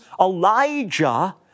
Elijah